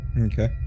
okay